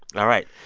all right.